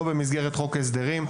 לא במסגרת חוק ההסדרים.